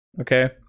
okay